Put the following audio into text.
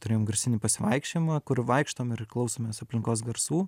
turėjom garsinį pasivaikščiojimą kur vaikštom ir klausomės aplinkos garsų